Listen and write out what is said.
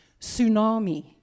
tsunami